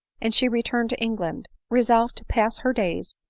and she returned to england, resolved to pass her days,